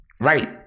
right